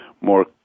more